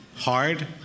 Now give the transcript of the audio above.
Hard